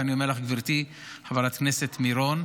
ואני אומר לך, גברתי חברת הכנסת מירון,